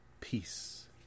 Peace